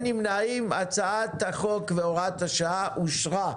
הצעת החוק והוראת השעה אושרה.